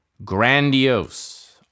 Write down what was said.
Grandiose